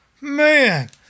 Man